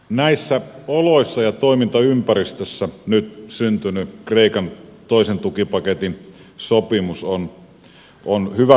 näissä oloissa ja toimintaympäristössä nyt syntynyt kreikan toisen tukipaketin sopimus on hyväksyttävissä